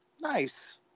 Nice